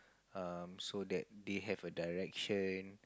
um so that they have a direction